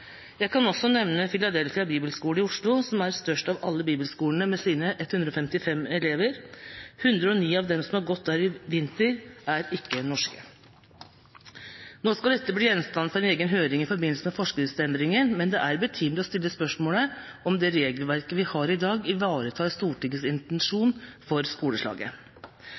Jeg kan også nevne Filadelfia Bibelskole i Oslo, som er størst av alle bibelskolene med sine 155 elever. 109 av dem som har gått der i vinter, er ikke norske. Nå skal dette bli gjenstand for en egen høring i forbindelse med forskriftsendringen, men det er betimelig å stille spørsmålet om det regelverket vi har i dag, ivaretar Stortingets intensjon med skoleslaget. Til slutt: Det er viktig, enda en gang, for